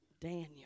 daniel